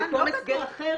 מקום הסגר אחר